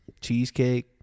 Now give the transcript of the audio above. cheesecake